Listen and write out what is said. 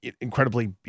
incredibly